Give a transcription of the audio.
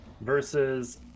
versus